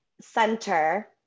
center